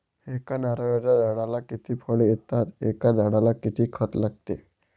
एका नारळाच्या झाडाला किती फळ येतात? एका झाडाला किती खत लागते?